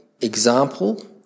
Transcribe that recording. example